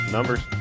Numbers